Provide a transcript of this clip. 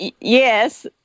Yes